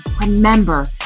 remember